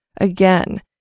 Again